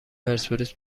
پرسپولیس